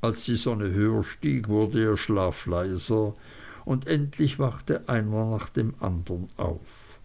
als die sonne höher stieg wurde ihr schlaf leiser und endlich wachte einer nach dem andern auf